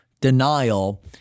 denial